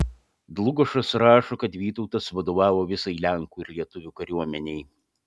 dlugošas rašo kad vytautas vadovavo visai lenkų ir lietuvių kariuomenei